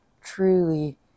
truly